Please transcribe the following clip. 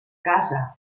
casa